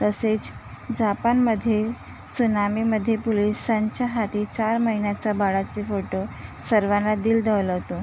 तसेच जपानमध्ये सुनामीमध्ये पोलिसांच्या हाती चार महिन्याचा बाळाचे फोटो सर्वांना दिल दोहलवतो